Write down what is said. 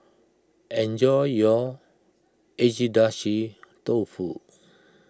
enjoy your Agedashi Dofu